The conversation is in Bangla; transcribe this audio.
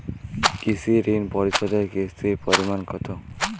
কৃষি ঋণ পরিশোধের কিস্তির পরিমাণ কতো?